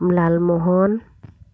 Lalmohan